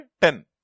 ten